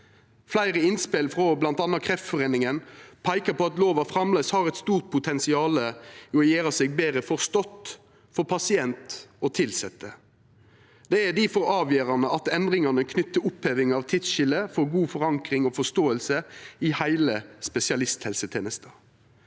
Fleire innspel, frå bl.a. Kreftforeningen, peikar på at lova framleis har eit stort potensial i å gjera seg betre forstått for pasientar og tilsette. Det er difor avgjerande at endringane knytte til oppheving av tidsskilje får god forankring og forståing i heile spesialisthelsetenesta.